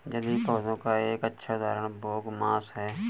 जलीय पौधों का एक अच्छा उदाहरण बोगमास है